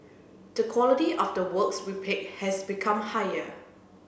the quality of the works we pick has become higher